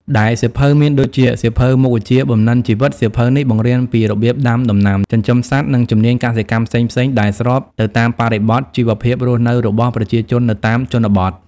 ដែលសៀវភៅមានដូចជាសៀវភៅមុខវិជ្ជាបំណិនជីវិត សៀវភៅនេះបង្រៀនពីរបៀបដាំដំណាំ ចិញ្ចឹមសត្វ និងជំនាញកសិកម្មផ្សេងៗដែលស្របទៅតាមបរិបទជីវភាពរស់នៅរបស់ប្រជាជននៅតាមជនបទ។